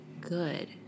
good